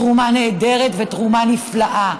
תרומה נהדרת ותרומה נפלאה,